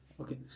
Okay